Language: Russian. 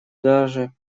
даже